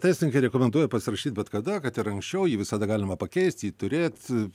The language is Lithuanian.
teisininkai rekomenduoja pasirašyt bet kada kad ir anksčiau jį visada galima pakeist jį turėt